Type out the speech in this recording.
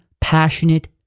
passionate